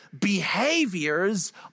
behaviors